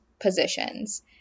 positions